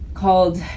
called